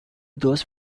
those